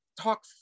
talk